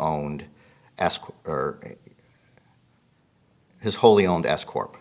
owned escrow his wholly owned escort